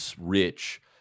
rich